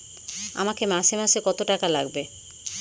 আমাকে মাসে মাসে কত টাকা লাগবে?